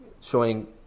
showing